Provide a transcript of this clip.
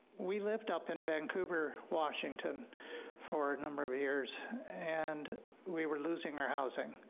we lived up in vancouver, washington for a number of years and we were losing our housing,